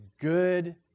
good